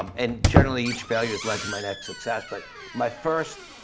um and generally each failure has led to my next success. but my first,